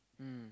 mm